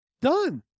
Done